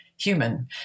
human